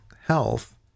health